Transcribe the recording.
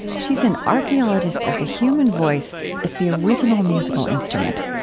she's an archeologist of the human voice as the original musical instrument.